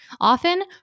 often